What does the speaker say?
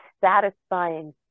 satisfying